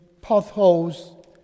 potholes